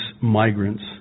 migrants